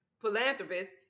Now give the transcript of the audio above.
philanthropist